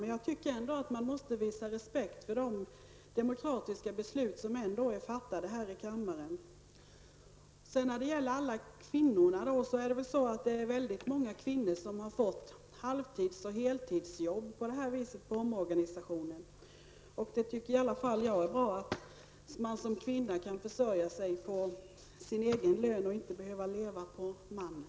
Men vi måste ändå visa respekt för de demokratiska beslut som har fattats i denna kammare. Det är många kvinnor som har fått halvtids resp. heltidsjobb i och med denna omorganisation. Jag tycker det är bra att kvinnor kan försörja sig på sin egen lön och inte behöver leva på makens.